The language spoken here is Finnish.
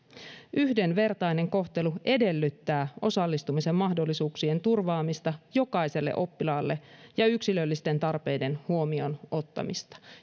yhdenvertainen kohtelu edellyttää osallistumisen mahdollisuuksien turvaamista jokaiselle oppilaalle ja yksilöllisten tarpeiden huomioon ottamista